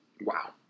Wow